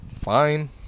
fine